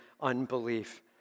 unbelief